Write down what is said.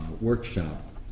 workshop